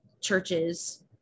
churches